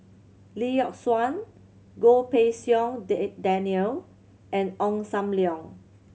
Lee Yock Suan Goh Pei Siong Daniel and Ong Sam Leong